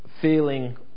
feeling